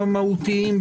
המהותיים,